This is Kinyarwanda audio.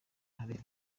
hari